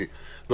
אני לא